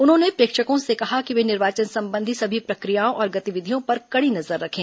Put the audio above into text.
उन्होंने प्रेक्षकों से कहा कि वे निर्वाचन संबंधी सभी प्रक्रियाओं और गतिविधियों पर कड़ी नजर रखें